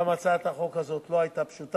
גם הצעת החוק הזאת לא היתה פשוטה,